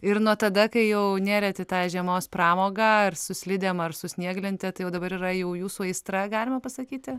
ir nuo tada kai jau nėrėt į tą žiemos pramogą ar su slidėm ar su snieglente tai jau dabar yra jau jūsų aistra galima pasakyti